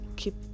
Keep